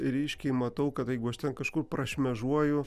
ryškiai matau kad jeigu aš ten kažkur prašmėžuoju